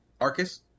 Arcus